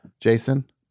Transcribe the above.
jason